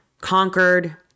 conquered